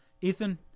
Ethan